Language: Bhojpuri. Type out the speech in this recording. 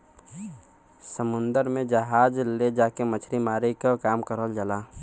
समुन्दर में जहाज ले जाके मछरी मारे क काम करल जाला